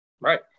Right